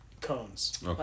cones